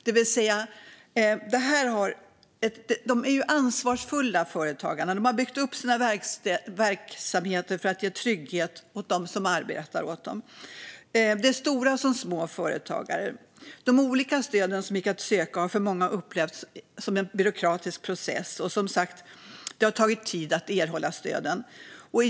Företagarna är ju ansvarsfulla. De har byggt upp sina verksamheter för att ge trygghet åt dem som arbetar för dem. Det är stora som små företagare. De olika stöden som gick att söka har av många upplevts som en byråkratisk process, och det har som sagt tagit tid att erhålla stöden.